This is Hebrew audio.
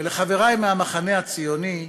ולחברי מהמחנה הציוני,